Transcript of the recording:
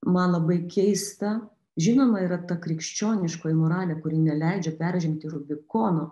man labai keista žinoma yra ta krikščioniškoji moralė kuri neleidžia peržengti rubikono